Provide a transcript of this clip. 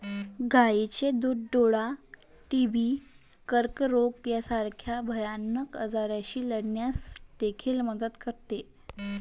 गायीचे दूध डोळा, टीबी, कर्करोग यासारख्या भयानक आजारांशी लढण्यास देखील मदत करते